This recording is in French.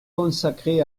consacré